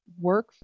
work